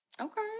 Okay